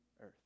earth